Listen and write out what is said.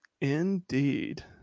Indeed